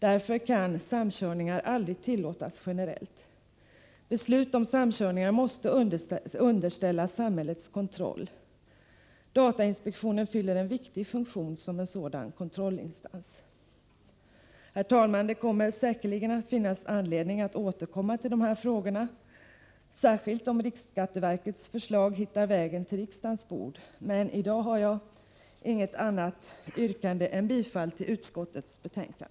Därför kan samkörningar aldrig tillåtas generellt. Beslut om samkörningar måste underställas samhällets kontroll. Datainspektionen fyller en viktig funktion som en sådan kontrollinstans. Herr talman! Det kommer säkerligen att finnas anledning att återkomma till dessa frågor, särskilt om riksskatteverkets förslag hittar vägen till riksdagens bord. I dag har jag inget annat yrkande än om bifall till utskottets hemställan.